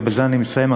ובזה אני מסיים,